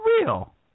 real